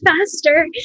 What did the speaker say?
faster